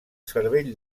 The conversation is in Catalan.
cervell